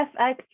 FX